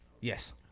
Yes